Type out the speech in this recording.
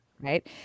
right